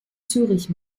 zürich